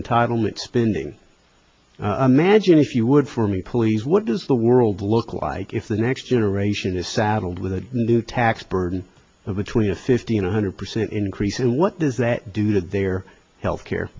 entitlement spending a magine if you would for me please what does the world look like if the next year ration is saddled with a new tax burden of between a fifteen hundred percent increase and what does that do to their health care